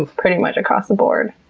pretty much across the board.